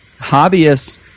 hobbyists